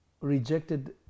rejected